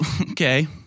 okay